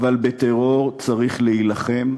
אבל בטרור צריך להילחם,